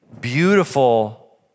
beautiful